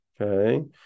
Okay